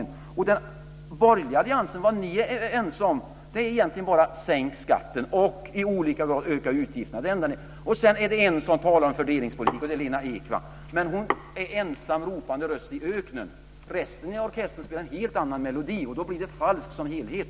Vad ni inom den borgerliga alliansen är ense om är egentligen bara att ni vill sänka skatten och i olika grad öka utgifterna. Det är det enda. Sedan är det en som talar om fördelningspolitik, och det är Lena Ek. Men hon är en ensam ropande röst i öknen. Resten av orkestern spelar en helt annan melodi, och då blir det falskt som helhet.